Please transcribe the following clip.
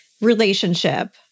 relationship